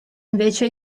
invece